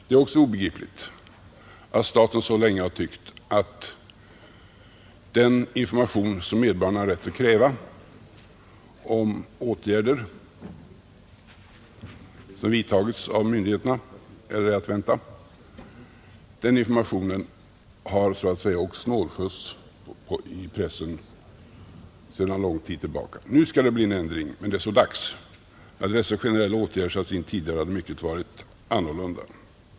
Det är också obegripligt att staten så länge har tyckt att den information som medborgarna har rätt att kräva om åtgärder som vidtagits av myndigheterna eller som är att vänta skall så att säga åka snålskjuts i pressen. Nu skall det bli en ändring, men det är så dags. Hade dessa generella åtgärder satts in tidigare, hade mycket varit annorlunda.